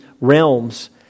realms